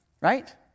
Right